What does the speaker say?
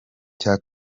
cya